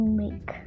make